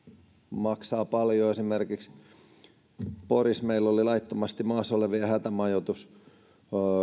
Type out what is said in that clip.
maksavat paljon esimerkiksi porissa meillä oli laittomasti maassa olevien hätämajoitus